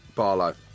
Barlow